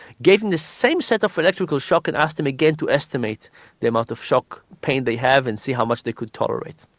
gave them the same set of electrical shock and asked them again to estimate the amount of shock pain they have and see how much they could tolerate.